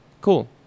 Cool